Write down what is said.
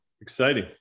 Exciting